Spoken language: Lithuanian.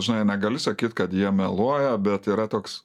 žinai negali sakyt kad jie meluoja bet yra toks